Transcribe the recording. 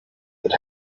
that